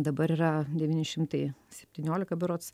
dabar yra devyni šimtai septyniolika berods